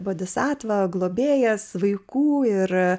globėjas vaikų ir